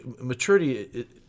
maturity